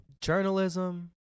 journalism